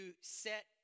set